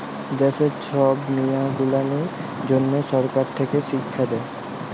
দ্যাশের ছব মিয়াঁ গুলানের জ্যনহ সরকার থ্যাকে শিখ্খা দেই